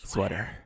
Sweater